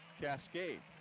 Cascade